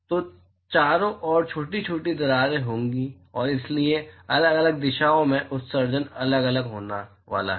तो चारों ओर छोटी छोटी दरारें होंगी और इसलिए अलग अलग दिशाओं में उत्सर्जन अलग अलग होने वाला है